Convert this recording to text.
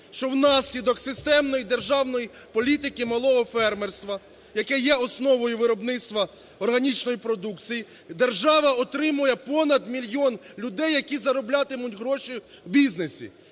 що внаслідок системної державної політики малого фермерства, яке є основою виробництва органічної продукції, держава отримує понад мільйон людей, які зароблятимуть гроші в бізнесі.